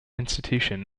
institution